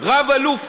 רב-אלוף